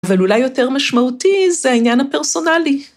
אבל אולי יותר משמעותי זה העניין הפרסונלי.